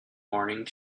morning